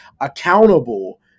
accountable